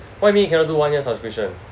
what you mean cannot do one year subscription